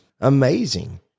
amazing